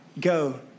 go